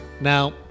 Now